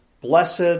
blessed